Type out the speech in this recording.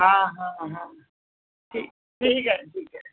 हाँ हाँ हाँ ठीक ठीक है ठीक है